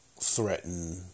threaten